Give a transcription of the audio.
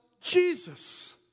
Jesus